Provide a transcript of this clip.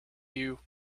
you